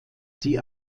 die